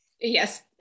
yes